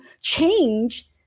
change